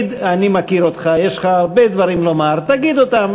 אני מכיר אותך, יש לך הרבה דברים לומר, תגיד אותם.